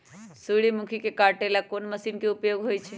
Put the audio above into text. सूर्यमुखी के काटे ला कोंन मशीन के उपयोग होई छइ?